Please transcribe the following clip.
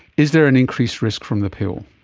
is there an increased risk from the pill?